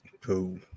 cool